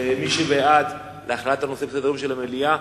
מי שבעד הכללת הנושא בסדר-היום של המליאה,